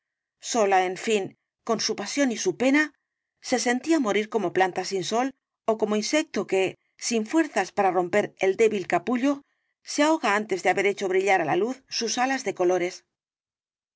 sola en fin con su pasión y su pena se sentía morir como planta sin sol ó como insecto que sin fuerzas para romper el débil capullo se ahoga antes de haber hecho brillar á la luz sus alas de colores